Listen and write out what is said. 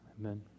Amen